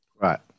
Right